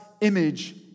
image